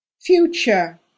Future